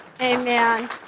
Amen